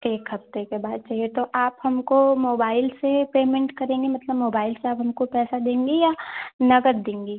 एक हफ़्ते के बाद चाहिए तो आप हमको मोबाइल से पेमेन्ट करेंगी मतलब मोबाइल से आप हमको पैसा देंगी या नकद देंगी